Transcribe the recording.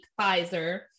Pfizer